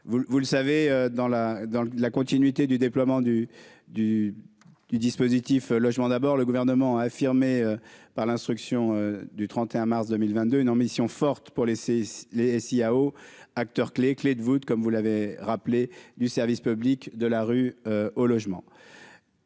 vous le savez dans la dans la continuité du déploiement du du du dispositif logement d'abord, le gouvernement a affirmé par l'instruction du 31 mars 2022 une ambition forte pour laisser les SIAO acteur clé, clé de voûte, comme vous l'avez rappelé du service public de la rue au logement.